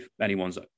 anyone's